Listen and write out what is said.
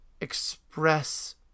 express